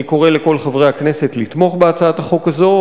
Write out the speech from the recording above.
אני קורא לכל חברי הכנסת לתמוך בהצעת החוק הזו.